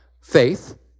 Faith